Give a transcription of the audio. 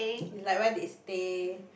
it's like where they stay